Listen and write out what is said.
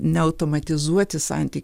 neautomatizuoti santy